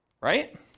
right